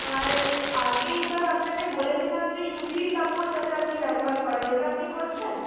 আর আগেরবার আপনাকে বলেছিলাম যে সুতির কাপড় যাতে আপনি ব্যবহার করেন ওটা আপনি করছেন